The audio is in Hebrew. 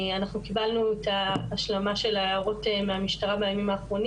אנחנו קיבלנו את ההשלמה של ההערות המשטרה בימים האחרונים